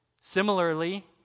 Similarly